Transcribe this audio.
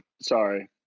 Sorry